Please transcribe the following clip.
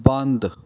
ਬੰਦ